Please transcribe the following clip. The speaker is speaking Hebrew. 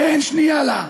שאין שנייה לה,